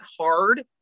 hard